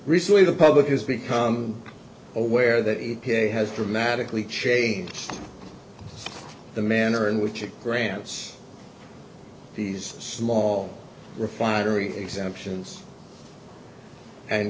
recently the public has become aware that he has dramatically changed the manner in which it grants these small refinery exemptions and